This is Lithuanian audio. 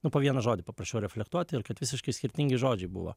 nu po vieną žodį paprašiau reflektuoti ir kad visiškai skirtingi žodžiai buvo